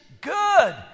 good